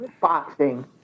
boxing